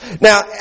Now